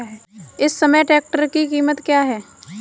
इस समय ट्रैक्टर की कीमत क्या है?